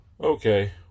Okay